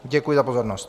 Děkuji za pozornost.